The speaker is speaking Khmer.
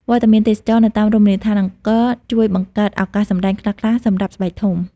វត្តមានទេសចរណ៍ នៅតាមរមណីយដ្ឋានអង្គរជួយបង្កើតឱកាសសម្តែងខ្លះៗសម្រាប់ស្បែកធំ។